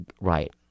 right